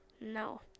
No